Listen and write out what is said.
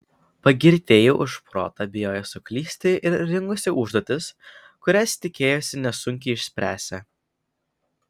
pagirtieji už protą bijojo suklysti ir rinkosi užduotis kurias tikėjosi nesunkiai išspręsią